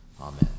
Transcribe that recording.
Amen